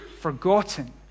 forgotten